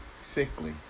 sickly